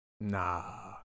nah